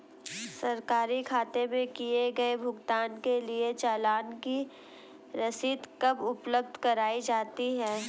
सरकारी खाते में किए गए भुगतान के लिए चालान की रसीद कब उपलब्ध कराईं जाती हैं?